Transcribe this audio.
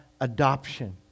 adoption